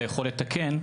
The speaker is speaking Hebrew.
אתה יכול לתקן.